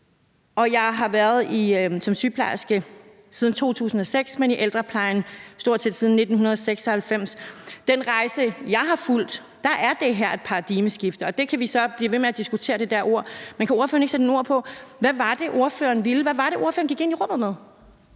jeg har været sygeplejerske siden 2006, men i ældreplejen stort set siden 1996. På den rejse, jeg har fulgt, er det her et paradigmeskift, og det der ord kan vi så blive ved med at diskutere. Men kan ordføreren ikke sætte nogle ord på, hvad det var, ordføreren ville. Hvad var det, ordføreren gik ind i rummet med?